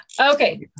okay